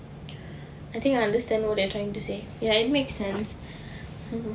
I think I understand what you are trying to say ya it makes sense